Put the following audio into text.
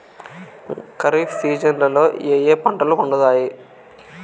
ఖరీఫ్ సీజన్లలో ఏ ఏ పంటలు పండుతాయి